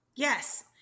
Yes